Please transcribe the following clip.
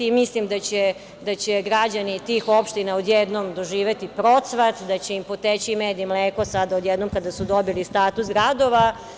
Mislim da će građani tih opština odjednom doživeti procvat, da će im poteći med i mleko sada odjednom kada su dobili status gradova.